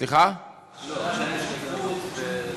השאלה אם יש שקיפות.